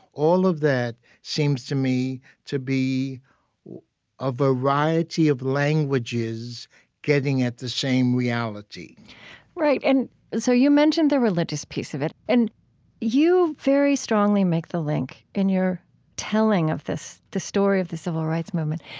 all of that seems to me to be a variety of languages getting at the same reality right. and and so you mentioned the religious piece of it, and you very strongly make the link in your telling of the story of the civil rights movement,